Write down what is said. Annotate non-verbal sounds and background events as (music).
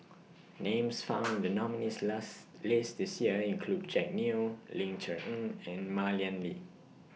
Names (noise) found in The nominees' last list This Year include Jack Neo Ling Cher Eng and Mah Lian Li